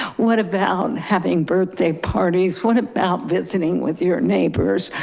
what about having birthday parties, what about visiting with your neighbors?